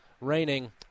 raining